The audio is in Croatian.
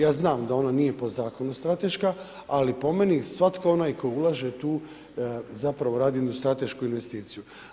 Ja znam da ona nije po zakonu strateška, ali po meni svatko onaj tko ulaže tu zapravo radi jednu stratešku investiciju.